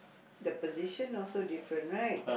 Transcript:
the position also different right